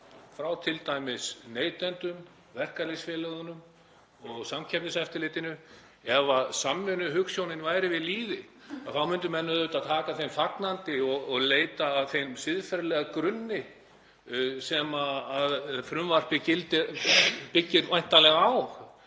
frá t.d. neytendum, verkalýðsfélögunum og Samkeppniseftirlitinu. Ef samvinnuhugsjónin væri við lýði þá myndu menn auðvitað taka því fagnandi og leita að þeim siðferðilega grunni sem frumvarpið byggir væntanlega á.